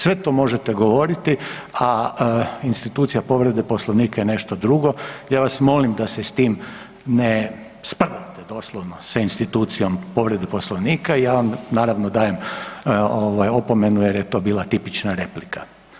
Sve to možete govoriti a institucija povrede Poslovnika je nešto drugo, ja vas molim da se s tim ne sprdate doslovno, sa institucijom povrede Poslovnika i ja vam naravno, dajem opomenu jer je to bila tipična replika.